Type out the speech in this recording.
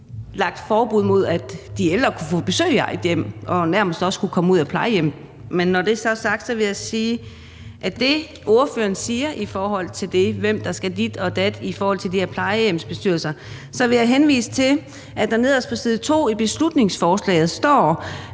nedlagt forbud mod, at de ældre kunne få besøg i eget hjem og nærmest også kunne komme ud af plejehjemmet. Men når det så er sagt, vil jeg til det, ordføreren siger om, hvem der skal dit og dat i forhold til de her plejehjemsbestyrelser, henvise til, at der nederst på side to i beslutningsforslaget står: